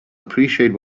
appreciate